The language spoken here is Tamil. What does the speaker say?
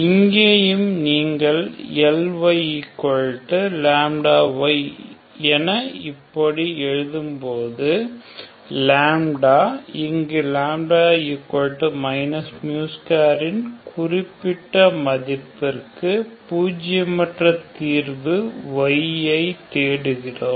இங்கேயும் நீங்கள் Ly λy என எழுதும்போது இங்கு μ2 ன் குறிப்பிட்ட மதிப்பிற்கு பூஜியமற்ற தீர்வு y ஐ தேடுகிறோம்